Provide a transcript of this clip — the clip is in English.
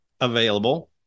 available